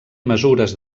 mesures